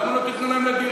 למה שלא תיתנו להם לדירה?